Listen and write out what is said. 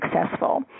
successful